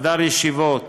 חדר ישיבות,